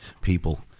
people